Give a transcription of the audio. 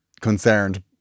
concerned